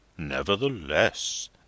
Nevertheless